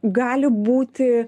gali būti